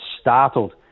Startled